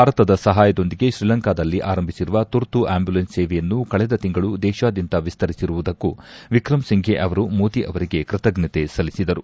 ಭಾರತದ ಸಹಾಯದೊಂದಿಗೆ ಶ್ರೀಲಂಕಾದಲ್ಲಿ ಆರಂಭಿಸಿರುವ ತುರ್ತು ಅಂಬುಲೆನ್ಸ್ ಸೇವೆಯನ್ನು ಕಳೆದ ತಿಂಗಳು ದೇಶಾದ್ಯಂತ ವಿಸ್ತರಿಸಿರುವುದಕ್ಕೂ ವಿಕಮ್ ಸಿಂಘೆ ಅವರು ಮೋದಿ ಅವರಿಗೆ ಕೃತಜ್ವತೆ ಸಲ್ಲಿಸಿದರು